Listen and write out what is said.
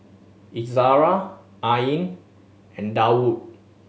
Izara Ain and Daud